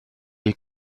est